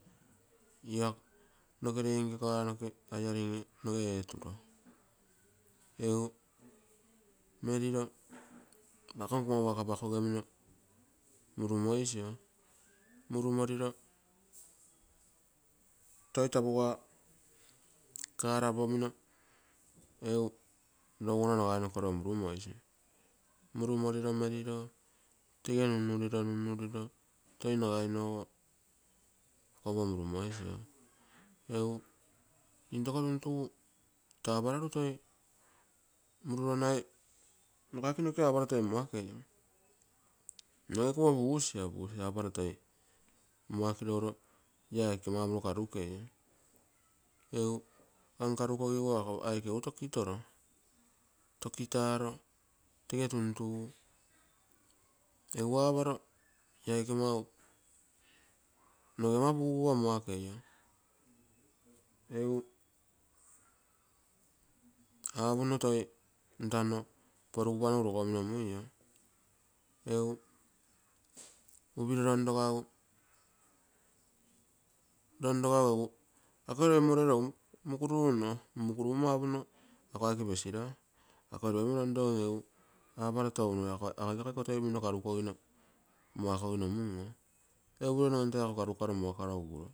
Ia nokevei nke car noke noge hiring etupio. Egu merilo ako poga waka apakogemino murumoisio, murumorilo ta poga car opogemino rougana nagai murumoisio, murilo merilo tege nunnurilo, toi nagainogo kopo murumoisio. Egu intoko tuntugu taa aparoru toi mururonnai, nokaike noke aparo toi makei, noge ee kopo pusia, pusia aparo toi makiro uro ia aike maumarilo karukeio. egu kankarkogigu ako aike egu tokitaro tege tuntugu, egu aparo ia aike mau noge mugupa makeio egu rogomino muio. Egu upino ronrogagu egu akoi loi moukeru egu mukurunno apounno ako aike pesira, ako oilopepio rongrogem aparo tou ako aike ako to minno karukogino mun oo.